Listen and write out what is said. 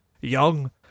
young